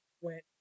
went